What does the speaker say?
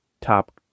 top